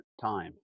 time